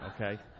Okay